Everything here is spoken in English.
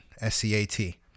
S-C-A-T